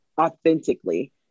authentically